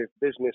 business